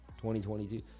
2022